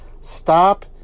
Stop